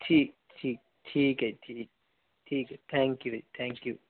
ਠੀਕ ਠੀਕ ਠੀਕ ਹੈ ਜੀ ਠੀਕ ਠੀਕ ਹੈ ਥੈਂਕ ਯੂ ਜੀ ਥੈਂਕ ਯੂ